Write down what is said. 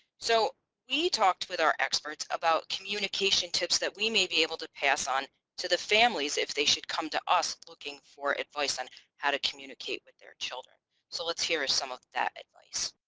so we talked with our experts about communication tips that we may be able to pass on to the families if they should come to us looking for advice on how to communicate with their children so let's hear some of that advice.